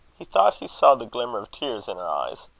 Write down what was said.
he thought he saw the glimmer of tears in her eyes.